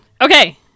Okay